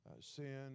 sin